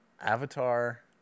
Avatar